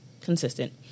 consistent